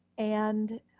and